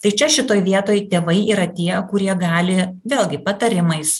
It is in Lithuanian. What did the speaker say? tai čia šitoj vietoj tėvai yra tie kurie gali vėlgi patarimais